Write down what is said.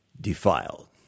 defiled